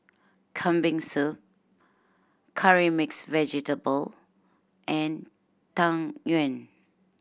Kambing Soup Curry Mixed Vegetable and Tang Yuen